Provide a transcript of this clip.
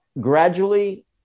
Gradually